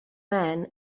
man